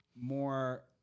more